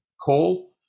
call